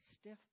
stiff